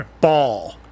ball